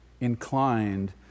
inclined